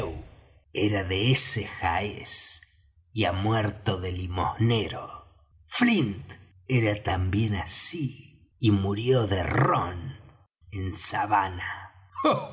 era de ese jaez y ha muerto de limosnero flint era también así y murió de rom en savannah